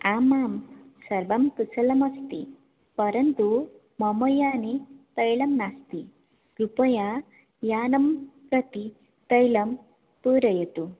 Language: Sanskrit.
आम् आं सर्वं कुशलमस्ति परन्तु मम याने तैलं नास्ति कृपया यानं प्रति तैलं पूरयतु